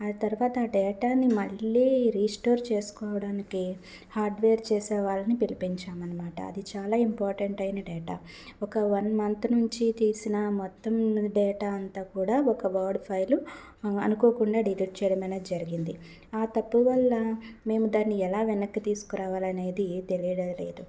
ఆ తర్వాత డేటాని మళ్ళీ రీస్టోర్ చేస్కోడానికి హార్డ్వేర్ చేసే వారిని పిలిపించామన్నమాట అది చాలా ఇంపార్టెంట్ అయిన డేటా ఒక వన్ మంత్ నుంచి తీసిన మొత్తం డేటా అంతా కూడా ఒక వర్డ్ ఫైల్ అనుకోకుండా డిలీట్ చేయడం అనేది జరిగింది ఆ తప్పు వల్ల మేము దాన్ని ఎలా వెనక్కి తీసుకురావాలనేది తెలియడం లేదు